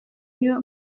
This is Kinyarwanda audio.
niwe